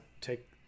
take